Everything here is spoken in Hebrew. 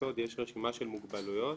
יש רשימה של מוגבלויות